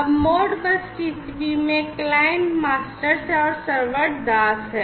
अब Modbus TCP में client masters हैं और सर्वर दास हैं